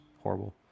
horrible